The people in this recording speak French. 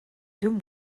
deux